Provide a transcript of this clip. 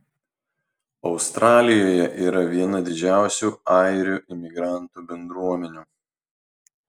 australijoje yra viena didžiausių airių imigrantų bendruomenių